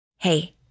Hey